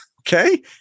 Okay